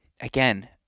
Again